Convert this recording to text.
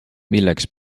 milleks